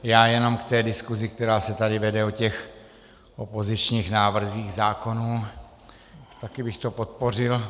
Já jenom k té diskusi, která se tady vede o opozičních návrzích zákonů taky bych to podpořil.